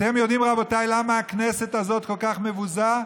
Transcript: אתם יודעים, רבותיי, למה הכנסת הזאת כל כך מבוזה?